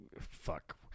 Fuck